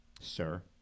Sir